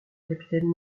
capitaine